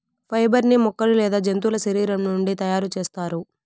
fibre ని మొక్కలు లేదా జంతువుల శరీరం నుండి తయారు చేస్తారు